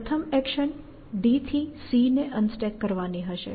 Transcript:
પ્રથમ action D થી C ને અનસ્ટેક કરવાની હશે